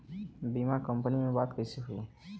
बीमा कंपनी में बात कइसे होई?